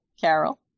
carol